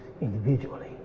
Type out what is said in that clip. individually